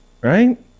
Right